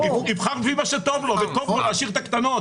יבחר במה שטוב לו וטוב לו להשאיר את הקטנות